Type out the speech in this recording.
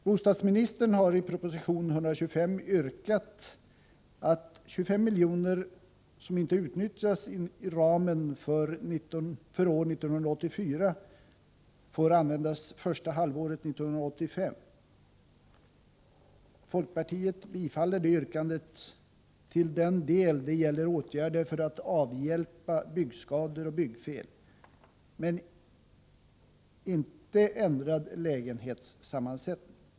Bostadsministern har i proposition 125 yrkat att 25 milj.kr., som inte utnyttjats i ramen för år 1984 får användas under första halvåret 1985. Folkpartiet biträder det yrkandet till den del det gäller åtgärder för att avhjälpa byggskador och byggfel, men inte när det gäller ändrad lägenhetssammansättning.